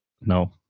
no